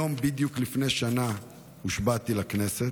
בדיוק היום לפני שנה הושבעתי לכנסת.